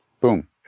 boom